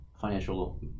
financial